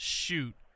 shoot